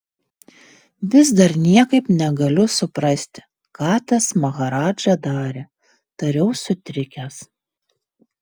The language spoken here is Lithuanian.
vis dar niekaip negaliu suprasti ką tas maharadža darė tariau sutrikęs